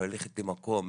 או ללכת למקום,